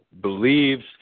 believes